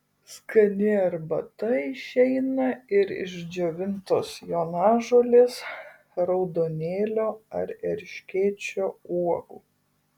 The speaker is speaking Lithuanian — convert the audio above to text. skani arbata išeina ir iš džiovintos jonažolės raudonėlio ar erškėčio uogų